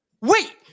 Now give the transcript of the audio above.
Wait